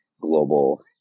global